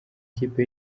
ikipe